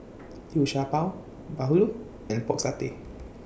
Liu Sha Bao Bahulu and Pork Satay